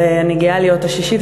ואני גאה להיות השישית,